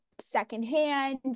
secondhand